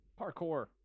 Parkour